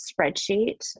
spreadsheet